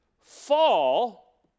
fall